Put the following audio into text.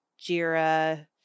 Jira